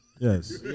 Yes